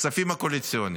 הכספים הקואליציוניים: